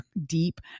deep